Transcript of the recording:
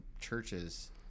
churches